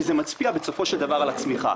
שזה משפיע בסופו של דבר על הצמיחה.